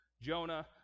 Jonah